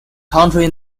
country